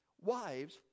Wives